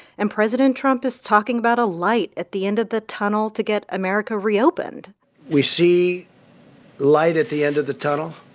and president trump is talking about a light at the end of the tunnel to get america reopened we see light at the end of the tunnel.